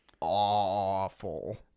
awful